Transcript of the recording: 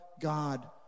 God